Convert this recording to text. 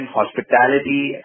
hospitality